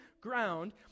ground